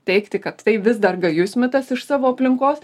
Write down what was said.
teigti kad tai vis dar gajus mitas iš savo aplinkos